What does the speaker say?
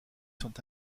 sont